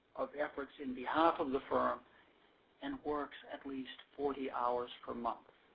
of efforts in behalf of the firm and works at least forty hours per month.